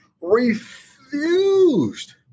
refused